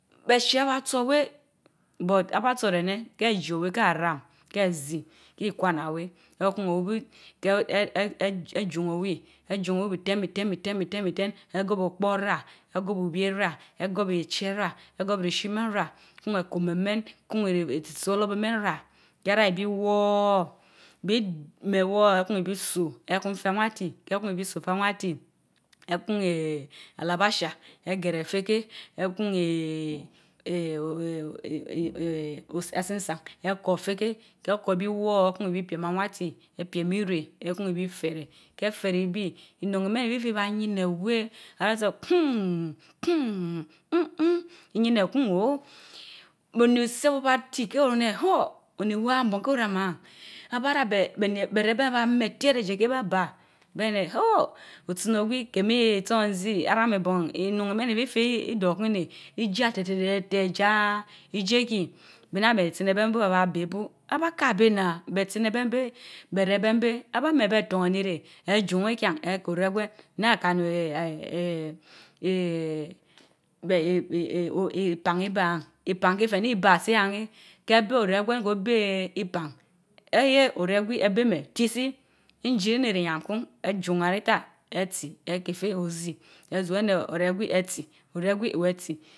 Behchie ibaa tso weh but aba tso heneh keh ji owe ka ram keh zii kii nwana weh. E'kun owi bii keh eeeh eehe eeh dun owii, eejun owi biten biten biten biten, egers depor rah, egorb lubie rah egorb eeh echie tah, egorb rishilmen rah, teun eleunior métan, town eeh etsiolor. bor meha nah, ken hah ibii woor bli meh woor ettun bir teum, Ekun ibli kun feh anwati, keh kun ibi kun so Feh anwati eeh kun eeeh alabasha egeren Fenkeh, ekun eech ech meech ech ko esisa, ekor teh ken. keh koribil woor, kun ibil piem. anwati epiem ireh, ekun ibii kun feh reh, keh reh ibii, nnun mehn itifch ibaa yiineh weh atso hmmm hmmm mmmn, igineh hun o! ben ni set obati keh orun neh huh! oni wan bonkeh oramaa abarah beh benii, beh regwen ehbah meh etiereh dietkeh ba bah, beh mun e nel aram ibon huh! Otsinogwi kehmii isanzi Innun mehn ififen idortkun neh ljan tete teteteh jah idietii nah betsin ebeya bu beh beh beh benbur Abah kah beh nan, Behtsin eben beh, beh reben ben aban mah aber etornenii reh, dun itian sther onengwen naan kan o eeeh eehe beh eh ipan ipan, ipan ki feh nii ibatsi yien neh ken bah oregwen Koben ech lean ayeh! Oregwi eben men trisil, indei prebrii lyiam Kun ejun wara ita, etsii ekeh feh ozii, ezeh pen eneh oregwi etsi, oregwi weh etsi